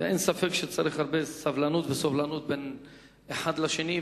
אין ספק שצריך הרבה סבלנות וסובלנות בין האחד לשני,